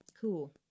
Cool